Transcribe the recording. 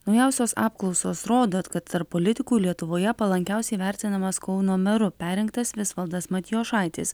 naujausios apklausos rodo kad tarp politikų lietuvoje palankiausiai vertinamas kauno meru perrinktas visvaldas matijošaitis